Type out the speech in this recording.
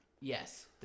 Yes